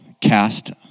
cast